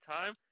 time